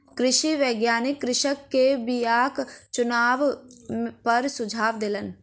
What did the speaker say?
कृषि वैज्ञानिक कृषक के बीयाक चुनाव पर सुझाव देलैन